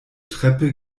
treppe